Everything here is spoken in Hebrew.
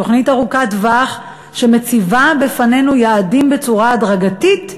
תוכנית ארוכת טווח שמציבה בפנינו יעדים בצורה הדרגתית.